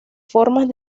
formas